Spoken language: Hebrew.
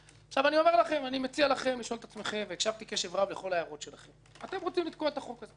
אני מציע לכם לשאול את עצמכם אתם רוצים לתקוע את החוק הזה.